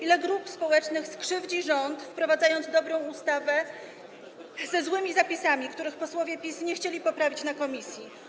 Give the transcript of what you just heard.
Ile grup społecznych skrzywdzi rząd, wprowadzając dobrą ustawę ze złymi zapisami, których posłowie PiS nie chcieli poprawić w komisji?